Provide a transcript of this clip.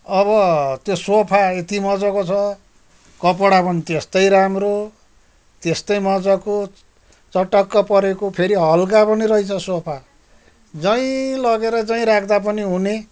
अब त्यो सोफा यति मज्जाको छ कपडा पनि त्यस्तै राम्रो त्यस्तै मज्जाको चटक्क परेको फेरि हल्का पनि रहेछ सोफा जहीँ लगेर जहीँ राख्दा पनि हुने